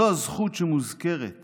זאת הזכות שמוזכרת